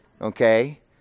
okay